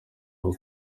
ako